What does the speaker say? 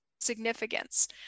significance